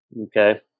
Okay